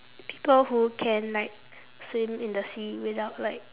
people who can like swim in the sea without like